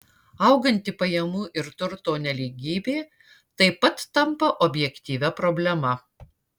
auganti pajamų ir turto nelygybė taip pat tampa objektyvia problema